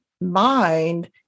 mind